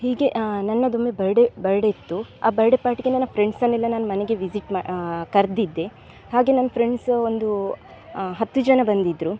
ಹೀಗೆ ನನ್ನದೊಮ್ಮೆ birthday birthday ಇತ್ತು ಆ ಬರ್ಡೇ ಪಾರ್ಟಿಗೆ ನನ್ನ ಫ್ರೆಂಡ್ಸನ್ನೆಲ್ಲ ನಾನು ಮನೆಗೆ ವಿಸಿಟ್ ಮಾ ಕರೆದಿದ್ದೆ ಹಾಗೇ ನನ್ನ ಫ್ರೆಂಡ್ಸು ಒಂದು ಹತ್ತು ಜನ ಬಂದಿದ್ದರು